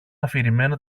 αφηρημένα